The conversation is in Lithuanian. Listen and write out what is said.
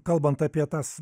kalbant apie tas